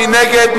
מי נגד?